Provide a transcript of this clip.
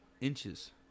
inches